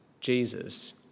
Jesus